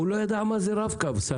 שר האוצר לא יודע מה זה רב קו.